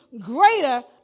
greater